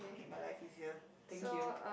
make my life easier thank you